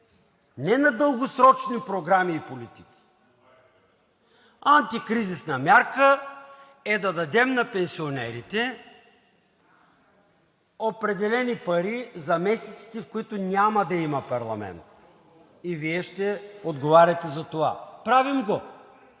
не на дългосрочни програми и политики! Антикризисна мярка е да дадем на пенсионерите определени пари за месеците, в които няма да има парламент, и Вие ще отговаряте за това. Правим го